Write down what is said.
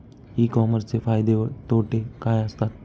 E कॉमर्सचे फायदे व तोटे काय असतात?